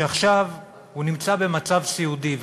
שעכשיו נמצא במצב סיעודי,